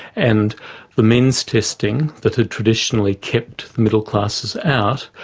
and the means testing that had traditionally kept middle classes out,